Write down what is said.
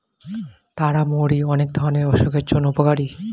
তারা মৌরি অনেক ধরণের অসুখের জন্য উপকারী